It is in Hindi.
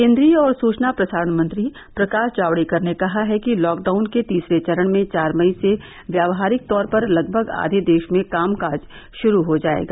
केंद्रीय और सुचना प्रसारण मंत्री प्रकाश जावड़ेकर ने कहा है कि लॉकडाउन के तीसरे चरण में चार मई से व्यावहारिक तौर पर लगभग आघे देश में काम काज शुरू हो जाएगा